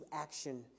action